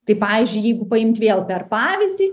tai pavyzdžiui jeigu paimt vėl per pavyzdį